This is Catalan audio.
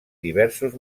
diversos